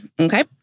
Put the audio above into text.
okay